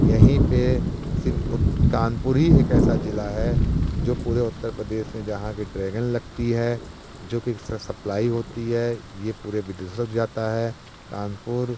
यहीं पे सिर्फ कानपुर ही एक ऐसा जिला है जो पूरे उत्तर प्रदेश में जहाँ के ड्रेगन लगती है जो कि सप्लाई सप्लाई होती है ये पूरे विदेशों को जाता है कानपुर